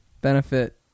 Benefit